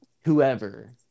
whoever